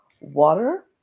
water